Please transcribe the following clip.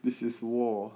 this is war